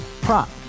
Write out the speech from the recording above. prop